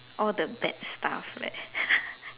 it's like all the bad stuff leh